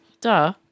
duh